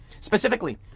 Specifically